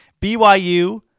BYU